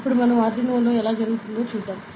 ఇప్పుడు మనం ఆర్డునోలో ఎలా జరుగుతుందో చూద్దాం